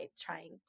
trying